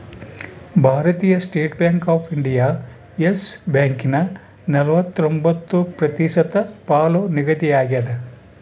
ಭಾರತೀಯ state bank of India Yes ಬ್ಯಾಂಕನ ನಲವತ್ರೊಂಬತ್ತು ಪ್ರತಿಶತ ಪಾಲು ನಿಗದಿಯಾಗ್ಯದ